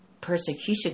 persecution